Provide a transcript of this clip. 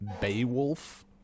Beowulf